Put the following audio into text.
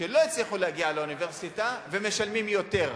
שלא הצליחו להגיע לאוניברסיטה ומשלמים יותר.